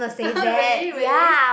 really really